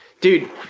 Dude